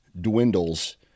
dwindles